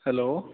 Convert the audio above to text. hello